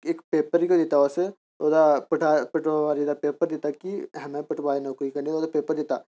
इक पेपर ई कोई दित्ता उस ओह्दा पटवारी दा पेपर दित्ता क्योंकि में पटवारी दी नौकरी करनी ओह्दा पेपर दित्ता ताकि अहें में पटवारी दी नौकरी करनी पेपर दित्ता